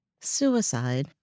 Suicide